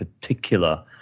particular